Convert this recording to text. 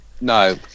No